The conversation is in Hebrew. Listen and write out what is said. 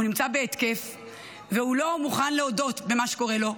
הוא נמצא בהתקף והוא לא מוכן להודות במה שקורה לו.